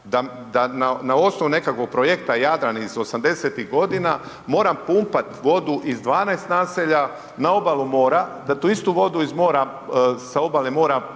da na osnovu nekakog projekta Jadran iz 80.-tih godina moram pumpat vodu iz 12 naselja na obalu mora, da tu istu vodu iz mora,